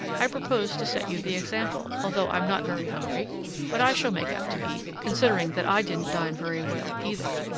i propose to set you the example, although i'm not very hungry but i shall make out to eat, considering that i didn't dine very well, either.